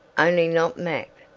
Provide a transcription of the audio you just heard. only not mac.